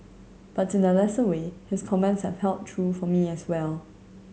but in a lesser way his comments have held true for me as well